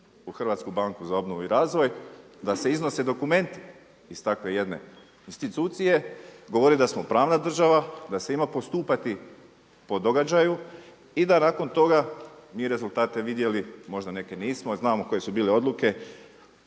ulaska policije u HBOR da se iznose dokumenti iz takve jedne institucije govori da smo pravna država, da se ima postupati po događaju i da nakon toga mi rezultate vidjeli možda neke nismo, jer znamo koje su bile odluke